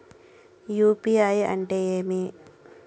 UPI అంటే ఏమి?